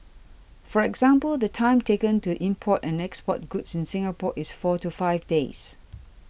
for example the time taken to import and export goods in Singapore is four to five days